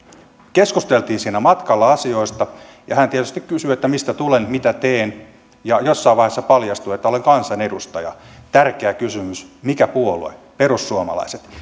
keskusteltiin siinä matkalla asioista ja hän tietysti kysyi mistä tulen mitä teen ja jossain vaiheessa paljastui että olen kansanedustaja tärkeä kysymys mikä puolue perussuomalaiset